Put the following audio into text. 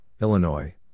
Illinois